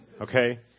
okay